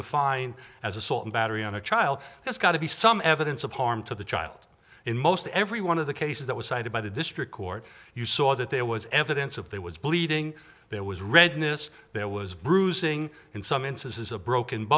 defined as assault and battery on a child that's got to be some evidence of harm to the child in most every one of the cases that was cited by the district court you saw that there was evidence of there was bleeding there was redness there was bruising in some instances a broken